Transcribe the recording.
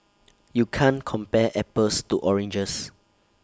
you can't compare apples to oranges